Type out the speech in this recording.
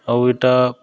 ଆଉ ଇଟା